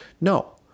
No